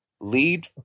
lead